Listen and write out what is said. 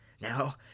Now